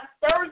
Thursday